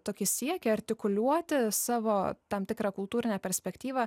tokį siekį artikuliuoti savo tam tikrą kultūrinę perspektyvą